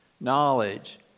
knowledge